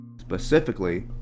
specifically